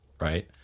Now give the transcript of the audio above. right